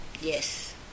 Yes